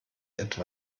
etwa